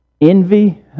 envy